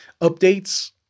updates